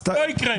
לא יקרה.